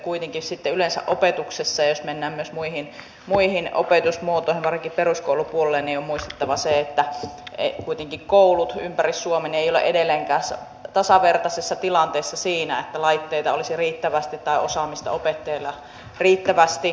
kuitenkin sitten yleensä opetuksessa jos mennään myös muihin opetusmuotoihin varsinkin peruskoulupuolella on muistettava se että kuitenkaan koulut ympäri suomen eivät ole edelleenkään tasavertaisessa tilanteessa siinä että laitteita tai osaamista opettajilla olisi riittävästi